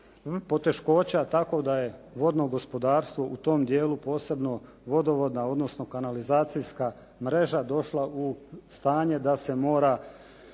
poteškoća tako da je vodno gospodarstvo u tom dijelu posebno vodovodna odnosno kanalizacijska mreža došla u stanje da se mora